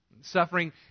Suffering